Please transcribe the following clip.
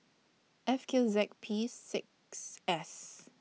F Q Z P six S